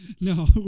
No